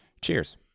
cheers